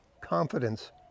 confidence